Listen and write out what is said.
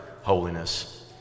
holiness